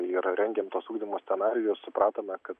ir rengėm tuos ugdymo scenarijus supratome kad